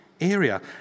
area